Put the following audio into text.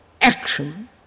action